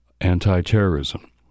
anti-terrorism